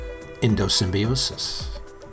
endosymbiosis